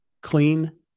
clean